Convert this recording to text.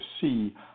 see